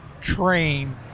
train